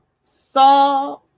saw